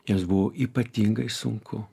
jiems buvo ypatingai sunku